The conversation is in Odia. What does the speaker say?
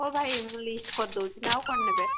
ହଁ ଭାଇ ମୁଁ ଲିଷ୍ଟ କରିଦେଉଛି ନା ଆଉ କ'ଣ ନେବେ